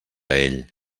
ell